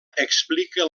explica